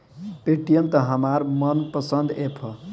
Paytm त हमार मन पसंद ऐप ह